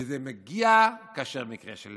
וזה מגיע במקרה של